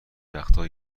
وقتا